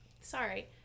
Sorry